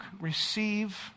receive